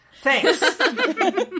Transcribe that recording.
thanks